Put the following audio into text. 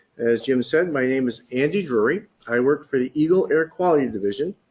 as jim said, my name is andy drury. i work for the egle air quality and division.